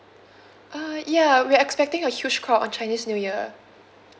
yeah we expecting a huge crowd on chinese new year